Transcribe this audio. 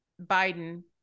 Biden